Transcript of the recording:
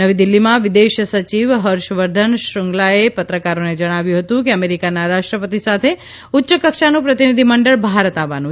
નવી દીલ્ફીમાં વિદેશ સચિવ હર્ષવર્ધન શૃંગલાએ પત્રકારોને જણાવ્યું હતુ કે અમેરિકાના રાષ્ટ્રપતિ સાથે ઉચ્ચકક્ષાનું પ્રતિનિધિમંડળ ભારત આવવાનું છે